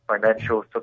financial